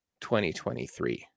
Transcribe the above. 2023